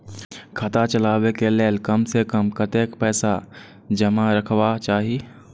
खाता चलावै कै लैल कम से कम कतेक पैसा जमा रखवा चाहि